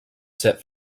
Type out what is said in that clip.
set